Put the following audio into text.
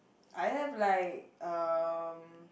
I have like um